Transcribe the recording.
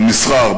במסחר,